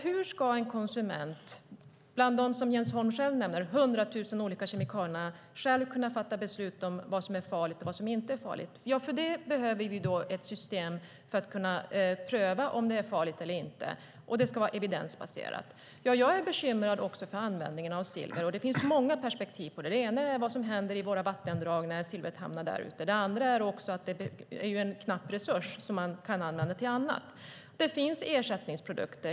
Hur ska en konsument själv kunna fatta beslut om vad som är farligt och vad som inte är farligt bland hundratusentals kemikalier? Vi behöver ett system för att pröva om en kemikalie är farlig eller inte. Det ska vara evidensbaserat. Jag är också bekymrad över användningen av silver. Det finns många perspektiv på det. Ett är vad som händer i våra vattendrag när silvret hamnar där, ett annat är att det är en knapp resurs som man kan använda till annat. Det finns ersättningsprodukter.